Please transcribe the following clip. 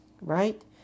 Right